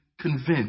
convinced